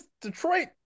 Detroit